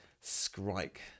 strike